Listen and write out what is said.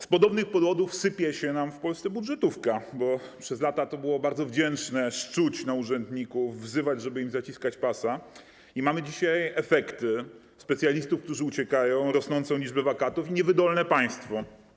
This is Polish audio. Z podobnych powodów sypie nam się w Polsce budżetówka, bo przez lata było bardzo wdzięcznie szczuć na urzędników, wzywać, żeby im zaciskać pasa, i mamy dzisiaj efekty: specjalistów, którzy uciekają, rosnącą liczbę wakatów i niewydolne państwo.